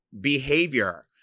behavior